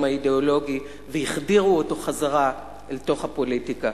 האידיאולוגי והחדירו אותו חזרה אל תוך הפוליטיקה.